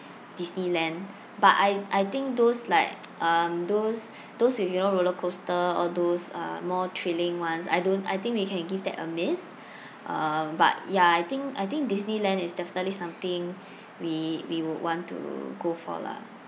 disneyland but I I think those like um those those with you know roller coaster all those uh more thrilling ones I don't I think we can give that a miss uh but ya I think I think disneyland is definitely something we we would want to go for lah